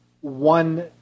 one